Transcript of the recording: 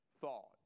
thought